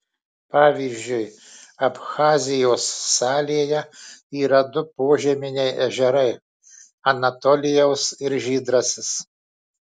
pavyzdžiui abchazijos salėje yra du požeminiai ežerai anatolijaus ir žydrasis